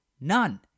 None